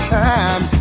time